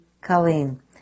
Colleen